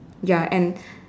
ya and